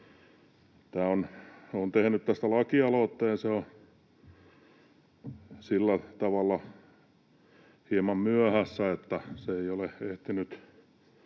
Olen tehnyt tästä lakialoitteen. Se on sillä tavalla hieman myöhässä, että se ei ole ehtinyt